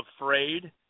afraid